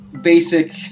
basic